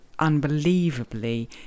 unbelievably